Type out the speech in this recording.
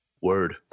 Word